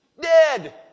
Dead